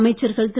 அமைச்சர்கள் திரு